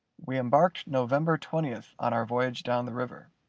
we embarked november twentieth on our voyage down the river.